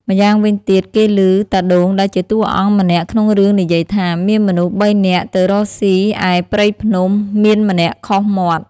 ម្យ៉ាងវិញទៀតគេឮតាដូងដែលជាតួអង្គម្នាក់ក្នុងរឿងនិយាយថា មានមនុស្សបីនាក់់ទៅរកស៊ីឯព្រៃភ្នំ មានម្នាក់ខុសមាត់